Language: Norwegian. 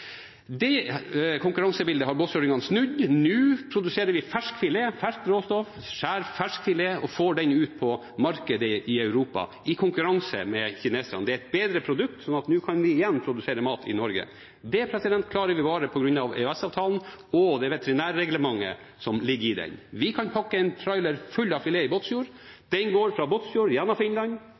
Det konkurransebildet har båtsfjordingene snudd. Nå produserer vi fersk filet – vi har ferskt råstoff, skjærer fersk filet og får den ut på markedet i Europa, i konkurranse med kineserne. Det er et bedre produkt. Så nå kan vi igjen produsere mat i Norge. Det klarer vi bare på grunn av EØS-avtalen og det veterinærreglementet som ligger i den. Vi kan pakke en trailer full av filet i Båtsfjord. Den går fra Båtsfjord gjennom Finland,